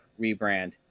Rebrand